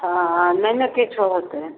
हँ नहि ने किछो होतै